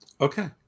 Okay